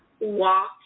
walk